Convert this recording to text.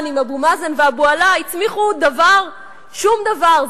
עם אבו מאזן ואבו עלא הצמיחו שום דבר,